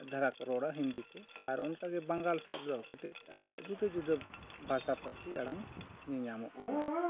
ᱫᱷᱟᱨᱟ ᱠᱚ ᱨᱚᱲᱟ ᱦᱤᱱᱫᱤ ᱛᱮ ᱟᱨ ᱚᱱᱠᱟ ᱜᱮ ᱵᱟᱝᱜᱟᱞ ᱥᱮᱫ ᱨᱚᱲ ᱠᱟᱹᱴᱤᱡᱽ ᱟᱵᱚᱣᱟᱜ ᱡᱩᱫᱟᱹ ᱡᱩᱫᱟᱹ ᱵᱷᱟᱥᱟ ᱯᱟᱹᱨᱥᱤ ᱟᱲᱟᱝ ᱧᱮᱼᱧᱟᱢᱚᱜ ᱠᱟᱱᱟ